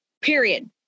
period